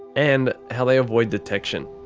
and how they avoid detection.